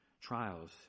trials